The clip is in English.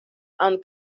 and